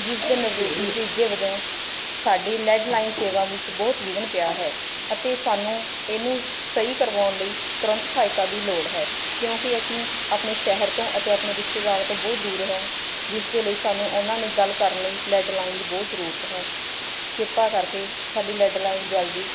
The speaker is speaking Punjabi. ਜਿਸ ਦੇ ਨਤੀਜੇ ਵਜੋਂ ਸਾਡੀ ਲੈਡ ਲਾਈਨ ਸੇਵਾ ਵਿੱਚ ਬਹੁਤ ਵਿਘਨ ਪਿਆ ਹੈ ਅਤੇ ਸਾਨੂੰ ਇਹਨੂੰ ਸਹੀ ਕਰਵਾਉਣ ਲਈ ਤੁਰੰਤ ਸਹਾਇਤਾ ਦੀ ਲੋੜ ਹੈ ਕਿਉਂਕਿ ਅਸੀਂ ਆਪਣੇ ਸ਼ਹਿਰ ਤੋਂ ਅਤੇ ਆਪਣੇ ਰਿਸ਼ਤੇਦਾਰਾਂ ਤੋਂ ਬਹੁਤ ਦੂਰ ਹਾਂ ਜਿਸ ਦੇ ਲਈ ਸਾਨੂੰ ਉਹਨਾਂ ਨਾਲ ਗੱਲ ਕਰਨ ਲਈ ਲੈਡ ਲਾਈਨ ਦੀ ਬਹੁਤ ਜ਼ਰੂਰਤ ਹੈ ਕਿਰਪਾ ਕਰਕੇ ਸਾਡੀ ਲੈਡ ਲਾਈਨ ਜਲਦੀ